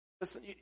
listen